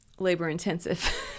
labor-intensive